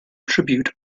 tribute